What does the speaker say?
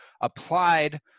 applied